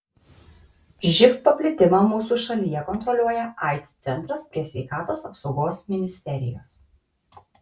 živ paplitimą mūsų šalyje kontroliuoja aids centras prie sveikatos apsaugos ministerijos